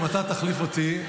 אם אתה תחליף אותי,